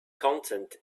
content